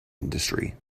industry